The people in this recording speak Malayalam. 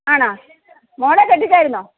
ആണോ മോളെ കെട്ടിച്ചായിരുന്നോ